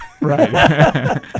Right